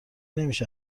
نمیشه